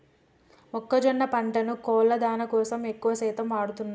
మొక్కజొన్న పంటను కోళ్ళ దానా కోసం ఎక్కువ శాతం వాడుతున్నారు